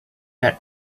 that